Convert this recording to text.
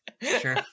sure